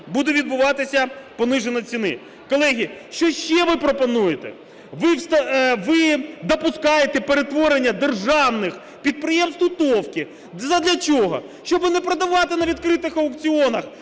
буде відбуватися пониження ціни. Колеги, що ще ви пропонуєте? Ви допускаєте перетворення державних підприємств у товки. Задля чого? Щоб не продавати на відкритих аукціонах,